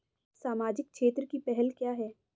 सामाजिक क्षेत्र की पहल क्या हैं?